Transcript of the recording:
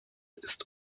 ist